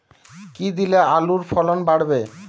কী দিলে আলুর ফলন বাড়বে?